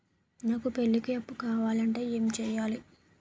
నాకు పెళ్లికి అప్పు కావాలంటే ఏం చేయాలి?